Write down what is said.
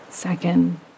second